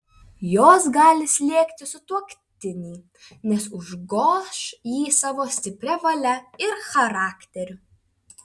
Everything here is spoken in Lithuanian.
jos gali slėgti sutuoktinį nes užgoš jį savo stipria valia ir charakteriu